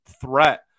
threat